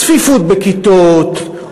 צפיפות בכיתות,